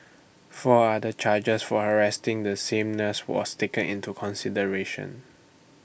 four other charges for harassing the same nurse was taken into consideration